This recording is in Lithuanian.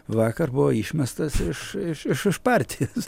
vakar buvo išmestas iš iš iš iš partijos